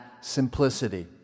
simplicity